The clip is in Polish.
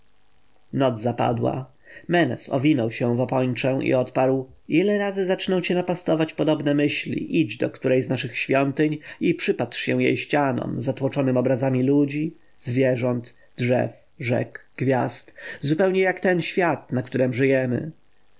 noc zapadała menes owinął się w opończę i odparł ile razy zaczną cię napastować podobne myśli idź do której z naszych świątyń i przypatrz się jej ścianom zatłoczonym obrazami ludzi zwierząt drzew rzek gwiazd zupełnie jak ten świat na którym żyjemy